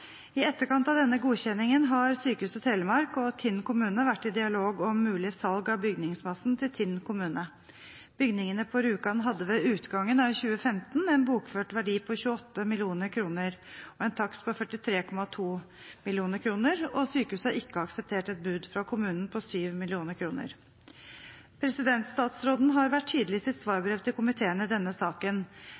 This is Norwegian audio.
I etterkant av denne godkjenningen har Sykehuset Telemark og Tinn kommune vært i dialog om mulig salg av bygningsmassen til Tinn kommune. Bygningene på Rjukan hadde ved utgangen av 2015 en bokført verdi på 28 mill. kr og en takst på 43,2 mill. kr, og sykehuset har ikke akseptert et bud fra kommunen på 7 mill. kr. Statsråden har vært tydelig i sitt svarbrev til komiteen i denne saken.